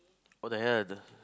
what the hell the